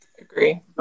agree